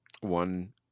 one